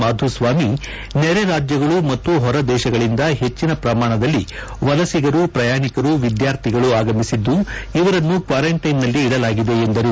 ಮಾಧು ಸ್ವಾಮಿ ನೆರೆ ರಾಜ್ಯಗಳು ಮತ್ತು ಹೊರ ದೇಶಗಳಿಂದ ಪೆಟ್ಟನ ಪ್ರಮಾಣದಲ್ಲಿ ವಲಸಿಗರು ಪ್ರಯಾಣಿಕರು ವಿದ್ಯಾರ್ಥಿಗಳು ಆಗಮಿಸಿದ್ದು ಇವರನ್ನು ಕ್ವಾರೆಂಟೈನ್ ನಲ್ಲಿ ಇಡಲಾಗಿದೆ ಎಂದರು